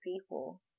people